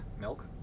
Milk